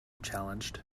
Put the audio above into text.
challenged